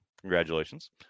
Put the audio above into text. Congratulations